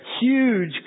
huge